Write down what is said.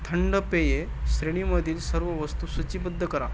थंड पेये श्रेणीमधील सर्व वस्तू सूचीबद्ध करा